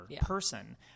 person